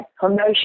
promotion